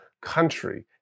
country